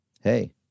Hey